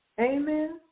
Amen